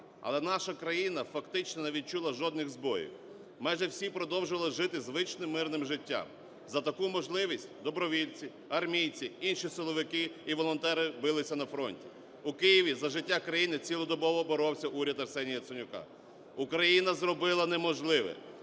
Але наша країна фактично не відчула жодних збоїв, майже всі продовжували жити звичним мирним життям. За таку можливість добровольці, армійці, інші силовики і волонтери билися на фронті. У Києві за життя країни цілодобово боровся уряд Арсенія Яценюка. Україна зробила неможливе,